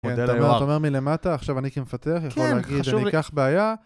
אתה אומר מלמטה, עכשיו אני כמפתח, יכול להגיד, כן חשוב, אני אקח בעיה.